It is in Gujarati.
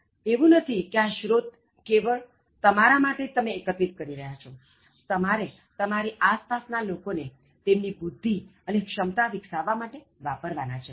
પણ એવું નથી કે આ સ્ત્રોત કેવળ તમારા માટે જ તમે એકત્રિત કરી રહ્યાં છો તમારે તમારી આસપાસ ના લોકોને તેમની બુદ્ધિ અને ક્ષમતા વિકસાવવા માટે વાપરવાના છે